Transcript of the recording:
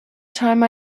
time